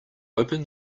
open